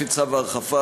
לפי צו ההרחבה,